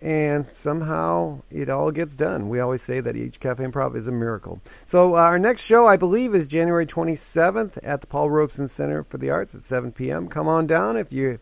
and somehow it all gets done we always say that each caf improv is a miracle so our next show i believe is january twenty seventh at the paul robeson center for the arts at seven pm come on down if you